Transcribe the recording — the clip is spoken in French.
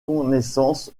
connaissances